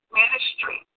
ministry